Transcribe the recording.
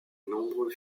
nombreux